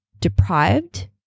deprived